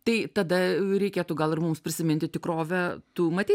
tai tada reikėtų gal ir mums prisiminti tikrovę tu matei